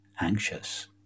anxious